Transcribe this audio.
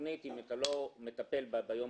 התוכנית אם אתה לא מטפל בה ביום